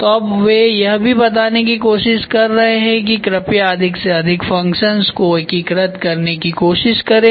तो अब वे यह भी बताने की कोशिश कर रहे हैं कि कृपया अधिक से अधिक फंक्शन्स को एकीकृत करने की कोशिश करें